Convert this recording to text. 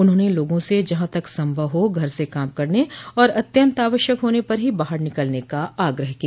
उन्होंने लोगों से जहां तक संभव हो घर से काम करने और अत्यंत आवश्यक होने पर ही बाहर निकलने का आग्रह किया